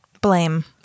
Blame